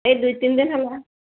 ଏ ଦୁଇ ତିନି ଦିନ ହେଲା